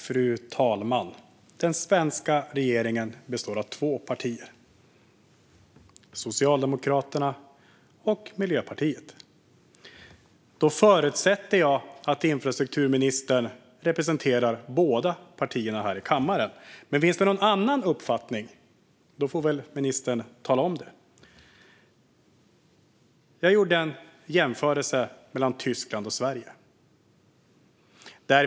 Fru talman! Den svenska regeringen består av två partier, Socialdemokraterna och Miljöpartiet. Då förutsätter jag att infrastrukturministern representerar båda partierna här i kammaren. Finns det någon annan uppfattning får väl ministern tala om det. Jag gjorde en jämförelse mellan Tyskland och Sverige.